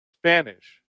spanish